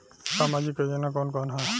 सामाजिक योजना कवन कवन ह?